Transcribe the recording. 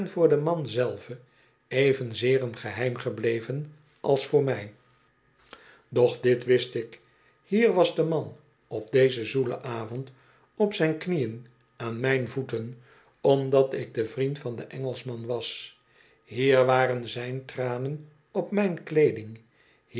was de man op dezen zoelen avond op zijn knieën aan mijn voeten omdat ik de vriend van den engelschman was hier waren zijn tranen op mijn kleeding